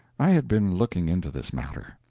i had been looking into this matter.